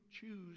choose